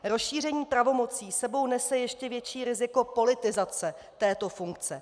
Rozšíření pravomocí s sebou nese ještě větší riziko politizace této funkce.